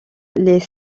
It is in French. les